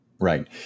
Right